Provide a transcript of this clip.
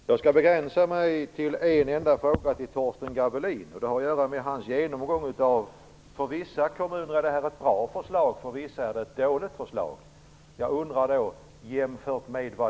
Herr talman! Jag skall begränsa mig till en enda fråga till Torsten Gavelin. Den har att göra med hans genomgång om att detta för vissa kommuner är ett bra förslag och att det för vissa kommuner är ett dåligt förslag. Jag undrar då: Jämfört med vad?